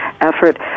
effort